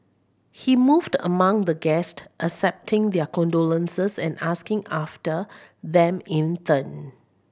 he moved among the guests accepting their condolences and asking after them in turn